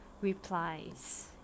replies